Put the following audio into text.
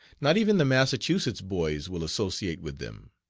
not even the massachusetts boys will associate with them.